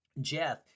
Jeff